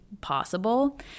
possible